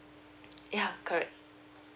ya correct